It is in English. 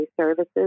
services